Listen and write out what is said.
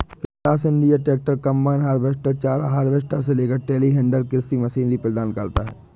class India tractor, combine harvester, चारा harvester से लेकर टेलीहैंडलर कृषि मशीनरी प्रदान करता है